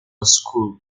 school